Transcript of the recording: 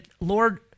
Lord